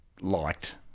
liked